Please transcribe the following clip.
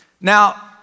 Now